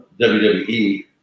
WWE